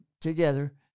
together